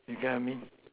you get I mean